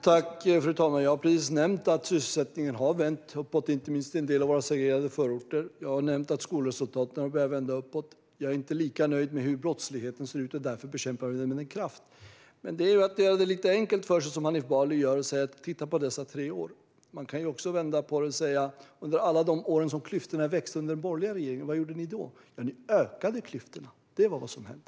Fru talman! Jag har precis nämnt att sysselsättningen har vänt uppåt, inte minst i en del av våra segregerade förorter. Jag har också nämnt att skolresultaten har börjar att vända uppåt. Jag är inte lika nöjd med hur brottsligheten ser ut, och därför bekämpar vi den med kraft. Men att göra som Hanif Bali och titta bara på dessa tre år är att göra det lite enkelt för sig. Man kan också vända på det och undra vad ni gjorde under alla de år som klyftorna växte under den borgerliga regeringen. Ni ökade klyftorna - det är vad som hände.